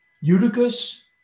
Eutychus